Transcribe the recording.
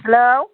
hello